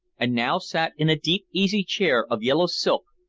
and now sat in a deep easy chair of yellow silk,